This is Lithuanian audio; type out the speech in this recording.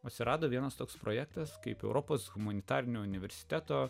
atsirado vienas toks projektas kaip europos humanitarinio universiteto